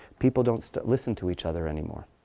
people don't listen to each other anymore.